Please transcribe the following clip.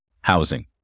housing